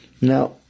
Now